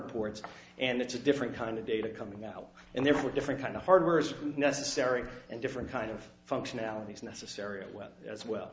ports and it's a different kind of data coming out and therefore different kind of hardware is necessary and different kind of functionality is necessary as well